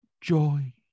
joy